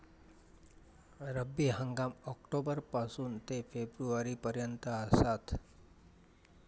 रब्बी हंगाम ऑक्टोबर पासून ते फेब्रुवारी पर्यंत आसात